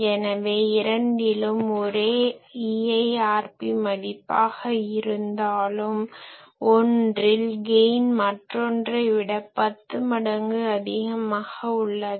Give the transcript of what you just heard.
எனவே இரண்டிலும் ஒரே EIRP மதிப்பாக இருந்தாலும் ஒன்றில் கெய்ன் மற்றொன்றை விட 10 மடங்கு அதிகமாக உள்ளது